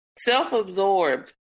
self-absorbed